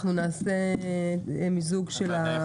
אנחנו נעשה מיזוג של ההצעות.